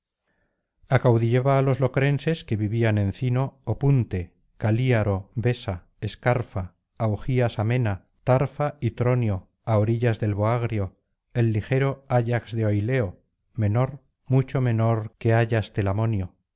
acaudillaba á los locrenses que vivían en ciño opunte calíaro besa escarfa augías amena tarfa y tronio á drillas del boagrio el ligero ayax de oileo menor mucho menor que ayax telamonio